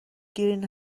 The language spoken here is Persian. گرین